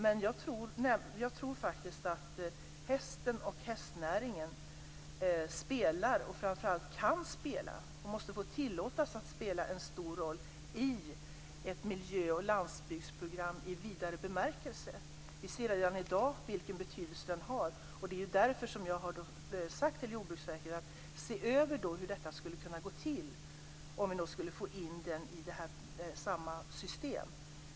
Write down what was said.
Men jag tror faktiskt att hästen och hästnäringen spelar, och framför allt kan spela och måste få tillåtas att spela, en stor roll i ett miljö och landsbygdsprogram i vidare bemärkelse. Vi ser redan i dag vilken betydelse hästnäringen har. Det är därför som jag har bett Jordbruksverket att se över hur det skulle kunna gå till att få in den i samma system.